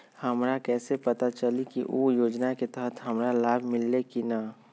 हमरा कैसे पता चली की उ योजना के तहत हमरा लाभ मिल्ले की न?